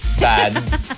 bad